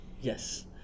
Yes